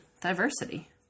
Diversity